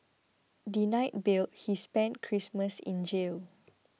denied bail he spent Christmas in jail